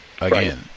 again